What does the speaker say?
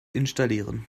installieren